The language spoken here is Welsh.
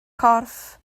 corff